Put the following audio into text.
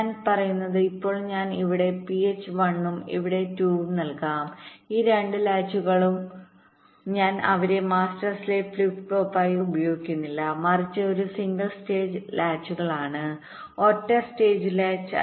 ഞാൻ പറയുന്നത് ഇപ്പോൾ ഞാൻ ഇവിടെ ph 1 ഉം ഇവിടെ 2 ഉം നൽകാം ഈ രണ്ട് ലാച്ചുകളും ഞാൻ അവരെ മാസ്റ്റർ സ്ലേവ് ഫ്ലിപ്പ് ഫ്ലോപ്പായി ഉപയോഗിക്കുന്നില്ല മറിച്ച് ഒരു സിംഗിൾ സ്റ്റേജ് ലാച്ചുകളാണ് ഒറ്റ സ്റ്റേജ് ലാച്ച്